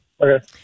Okay